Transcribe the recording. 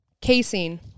Casein